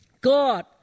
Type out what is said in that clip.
God